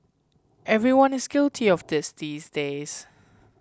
everyone is guilty of this these days